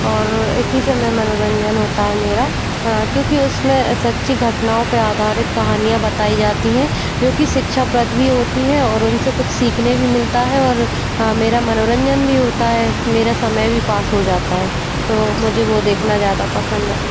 और इसी से मैं मनोरंजन होता है मेरा क्योंकि उसमें सच्ची घटनाओं पर आधारित कहानियाँ बताई जाती हैं जो कि शिक्षाप्रद होती हैं और उनसे कुछ सीखने भी मिलता है और मेरा मनोरंजन भी होता है मेरा समय भी पास हो जाता है तो मुझे वो देखना ज़्यादा पसंद है